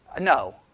no